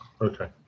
Okay